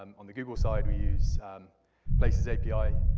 um on the google side, we use places api.